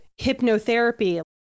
hypnotherapy